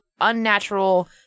unnatural